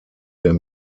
der